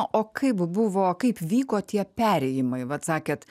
o kaip buvo kaip vyko tie perėjimai vat sakėt